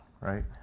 right